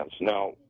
Now